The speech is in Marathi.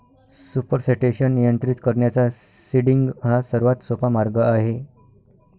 सुपरसेटेशन नियंत्रित करण्याचा सीडिंग हा सर्वात सोपा मार्ग आहे